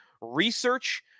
research